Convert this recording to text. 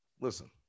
Listen